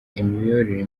imiyoborere